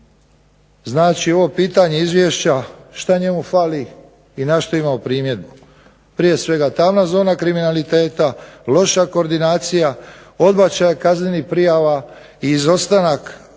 znači ovo pitanje izvješća, šta njemu fali i na šta imamo primjedbu. Prije svega tamna zona kriminaliteta, loša koordinacija odbačaja kaznenih prijava i izostanak